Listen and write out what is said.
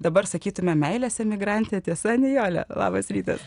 dabar sakytume meilės emigrantė tiesa nijole labas rytas